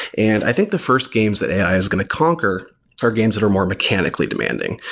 and i think the first games that ai is going to conquer are games that are more mechanically demanding.